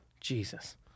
Jesus